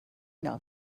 not